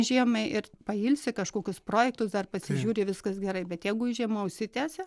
žiemai ir pailsi kažkokius projektus dar pasižiūri viskas gerai bet jeigu žiema užsitęsia